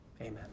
Amen